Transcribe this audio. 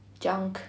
junk